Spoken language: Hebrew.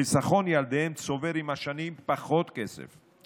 חיסכון ילדיהם צובר עם השנים פחות כסף.